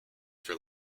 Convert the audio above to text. for